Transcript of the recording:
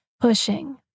pushing